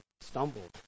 stumbled